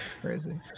Crazy